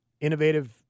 innovative